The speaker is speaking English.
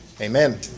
amen